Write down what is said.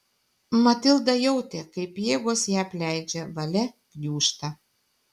matilda jautė kaip jėgos ją apleidžia valia gniūžta